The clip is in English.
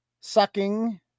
sucking